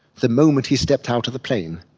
the moment he stepped out of the plane,